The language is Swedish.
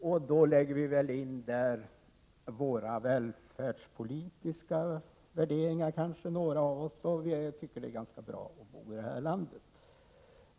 Några av oss kanske lägger in sina välfärdspolitiska värderingar i detta, och vi tycker att det är ganska bra att bo i det här landet.